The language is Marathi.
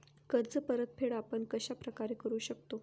कर्ज परतफेड आपण कश्या प्रकारे करु शकतो?